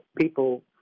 people